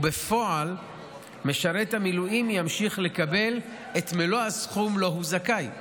ובפועל משרת המילואים ימשיך לקבל את מלוא הסכום שהוא זכאי לו.